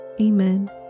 Amen